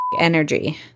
energy